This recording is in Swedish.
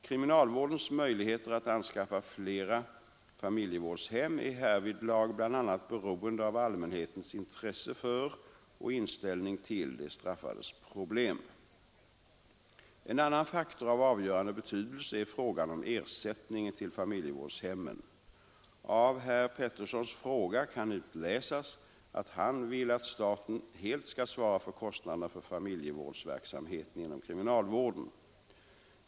Kriminalvårdens möjligheter att anskaffa flera familjevårdshem är härvidlag bl.a. beroende av allmänhetens intresse för och inställning till de straffades problem. En annan faktor av avgörande betydelse är frågan om ersättningen till familjevårdshemmen. Av herr Petterssons fråga kan utläsas att han vill att staten helt skall svara för kostnaderna för familjevårdsverksamheten inom kriminalvården.